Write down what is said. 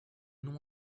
non